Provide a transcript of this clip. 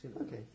Okay